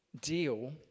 deal